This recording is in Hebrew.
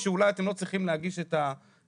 שיעור